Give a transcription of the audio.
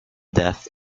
death